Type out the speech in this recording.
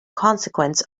consequence